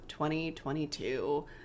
2022